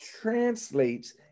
translates